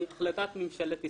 בהחלטת ממשלת ישראל.